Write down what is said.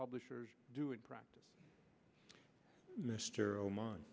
publishers do in practice mr oman